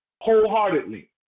wholeheartedly